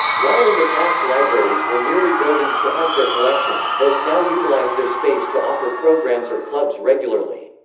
while in the past libraries were merely buildings to house their collections, most now utilize their space to offer programs or clubs regularly.